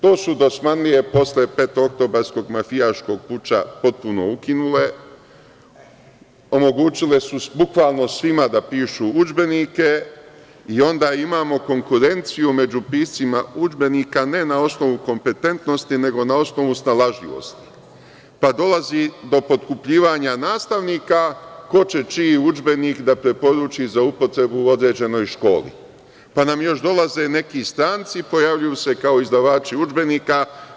To su Dosmanlije posle petooktobarskog mafijaškog puča potpuno ukinule, omogućile su svima da pišu udžbenike i onda imamo konkurenciju među piscima udžbenika, ne na osnovu kompetentnosti, nego na osnovu snalažljivosti, pa dolazi do potkupljivanja nastavnika ko će čiji udžbenik da preporuči za upotrebu u određenoj školi, pa nam još dolaze neki stranci i pojavljuju se kao izdavači udžbenika.